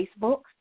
Facebook